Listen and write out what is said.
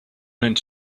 meant